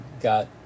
got